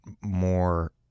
more